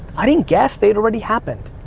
i didn't guess, they'd already happened.